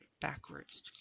backwards